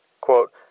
quote